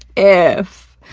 if,